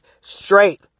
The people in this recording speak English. straight